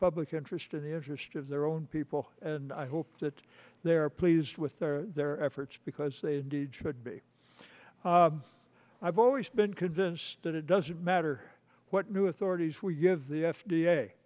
public interest in the interest of their own people and i hope that they are pleased with their their efforts because they indeed but b i've always been convinced that it doesn't matter what new authorities we give the f